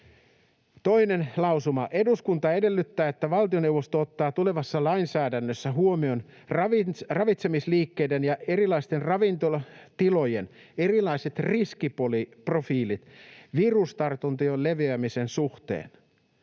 Toinen lausuma: ”Eduskunta edellyttää, että valtioneuvosto ottaa tulevassa lainsäädännössä huomioon ravitsemisliikkeiden ja erilaisten ravintolatilojen erilaiset riskiprofiilit virustartuntojen leviämisen suhteen.”